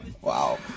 wow